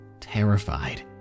Terrified